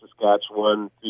Saskatchewan